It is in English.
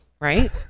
right